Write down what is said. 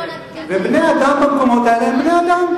בני-אדם במקומות האלה הם בני-אדם.